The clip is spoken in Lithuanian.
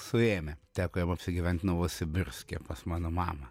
suėmę teko jam apsigyvent novosibirske pas mano mamą